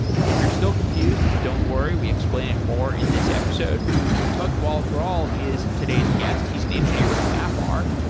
if you're still confused, don't worry, we explain it more in this episode tugdual grall is today's guest. he's an engineer with mapr.